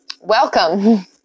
welcome